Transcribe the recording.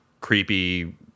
creepy